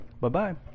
Bye-bye